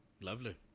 Lovely